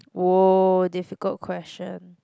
!woah! difficult question